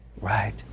right